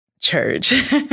church